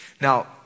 Now